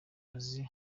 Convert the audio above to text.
azi